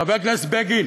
חבר הכנסת בגין,